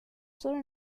solo